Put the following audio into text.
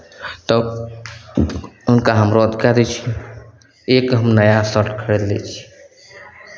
तऽ हुनका हम रद्द करै छी एक हम नया शर्ट खरीद लै छी